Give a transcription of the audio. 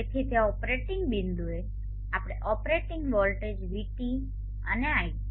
તેથી તે ઓપરેટિંગ બિંદુએ આપણે ઓપરેટિંગ વોલ્ટેજ vT અને iT